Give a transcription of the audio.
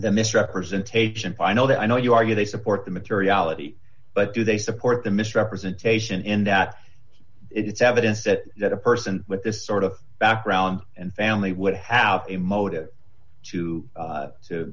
the misrepresentation fine oh that i know you argue they support the materiality but do they support the misrepresentation in that it's evidence that that a person with this sort of background and family would have a motive to